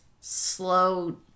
slow